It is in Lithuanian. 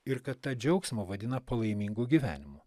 ir kad tą džiaugsmą vadina palaimingu gyvenimu